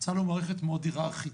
צה"ל הוא מערכת מאוד היררכית,